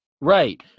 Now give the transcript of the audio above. right